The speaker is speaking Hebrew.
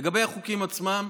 לגבי החוקים עצמם,